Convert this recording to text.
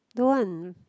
don't want